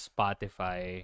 Spotify